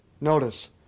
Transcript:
Notice